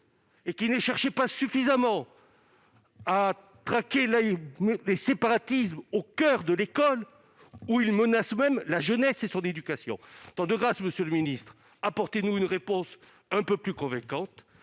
et qu'il ne cherchait pas suffisamment à traquer les séparatismes au coeur de l'école, où ils menacent la jeunesse et son éducation. De grâce, monsieur le garde des sceaux, apportez-nous une réponse un peu plus convaincante